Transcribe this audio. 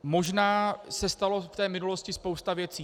Možná se stala v minulosti spousta věcí.